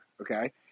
Okay